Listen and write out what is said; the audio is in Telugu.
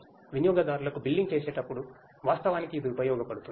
వినియోగదారులకు బిల్లింగ్ చేసేటప్పుడు వాస్తవానికి ఇది ఉపయోగించబడుతుంది